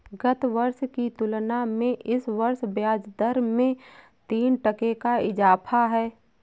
गत वर्ष की तुलना में इस वर्ष ब्याजदर में तीन टके का इजाफा है